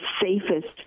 safest